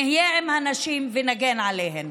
נהיה עם הנשים ונגן עליהן.